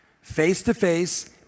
Face-to-face